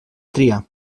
tria